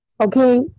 Okay